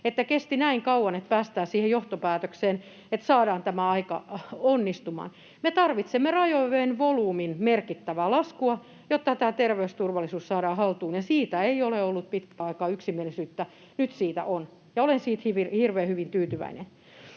että kesti näin kauan päästä siihen johtopäätökseen, että saadaan tämä aika onnistumaan. Me tarvitsemme rajojen volyymin merkittävää laskua, jotta tämä terveysturvallisuus saadaan haltuun, ja siitä ei ole ollut pitkään aikaan yksimielisyyttä. Nyt siitä on, ja olen siitä hirveän tyytyväinen.